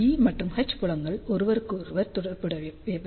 ஈ மற்றும் H புலங்கள் ஒருவருக்கொருவர் தொடர்புடையவை